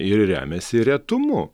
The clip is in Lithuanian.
ir remiasi retumu